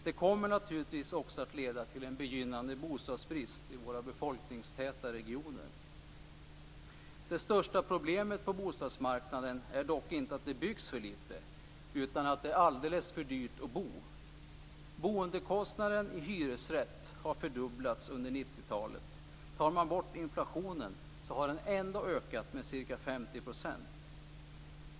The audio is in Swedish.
Det kommer naturligtvis också att leda till en begynnande bostadsbrist i våra befolkningstäta regioner. Det största problemet på bostadmarknaden är dock inte att det byggs för litet utan att det är alldeles för dyrt att bo. Boendekostnaden i hyresrätt har fördubblats under 90-talet. Sedan hänsyn tagits till inflationen har den ökat med ca 50 %.